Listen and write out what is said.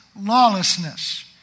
lawlessness